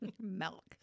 Milk